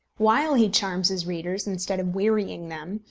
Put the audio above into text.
while he charms his readers instead of wearying them,